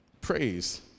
praise